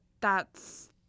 That's-